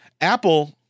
Apple –